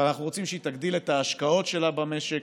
אבל אנחנו רוצים שהיא תגדיל את ההשקעות שלה במשק,